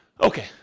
Okay